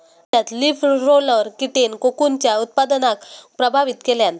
राज्यात leaf roller कीटेन कोकूनच्या उत्पादनाक प्रभावित केल्यान